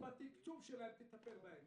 אז בתקצוב שלהם תטפל בהם.